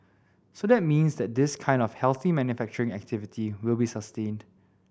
so that means that this kind of healthy manufacturing activity will be sustained